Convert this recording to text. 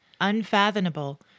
Unfathomable